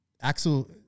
Axel